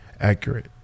accurate